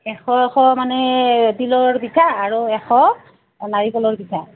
এশ এশ মানে তিলৰ পিঠা আৰু এশ নাৰিকলৰ পিঠা